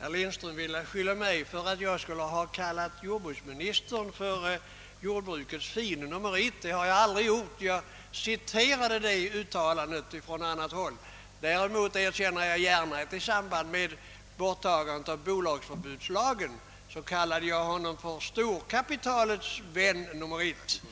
Herr Lindström ville beskylla mig för att jag skulle ha kallat jordbruksministern för jordbrukets fiende nummer 1. Det har jag aldrig gjort. Jag citerade det uttalandet från annat håll. Däremot erkänner jag gärna att jag i samband med borttagandet av bolagsförbudslagen kallade honom för storkapitalets vän nummer 1.